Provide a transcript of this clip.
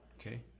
Okay